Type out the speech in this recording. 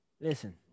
Listen